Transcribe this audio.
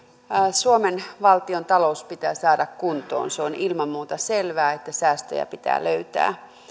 suomen valtiontalous pitää saada kuntoon se on ilman muuta selvää että säästöjä pitää löytää